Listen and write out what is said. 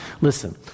Listen